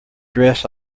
dress